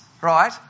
right